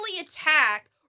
attack